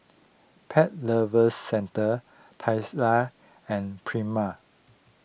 Pet Lovers Centre Tesla and Prima